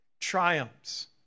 triumphs